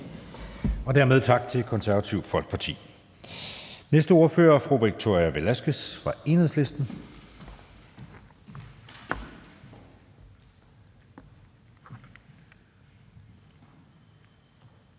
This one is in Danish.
Dermed tak til Det Konservative Folketing. Næste ordfører er fri Victoria Velasquez fra Enhedslisten.